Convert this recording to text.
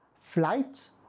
flight